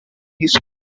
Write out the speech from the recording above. his